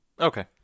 okay